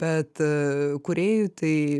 bet kūrėjui tai